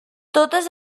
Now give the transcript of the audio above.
totes